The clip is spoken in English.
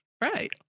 right